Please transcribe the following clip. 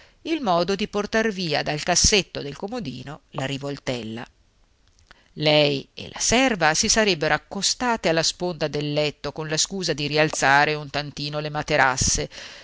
il modo di portar via dal cassetto del comodino la rivoltella lei e la serva si sarebbero accostate alla sponda del letto con la scusa di rialzare un tantino le materasse